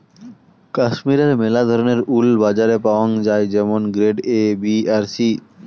কাশ্মীরের মেলা ধরণের উল বাজারে পাওয়াঙ যাই যেমন গ্রেড এ, বি আর সি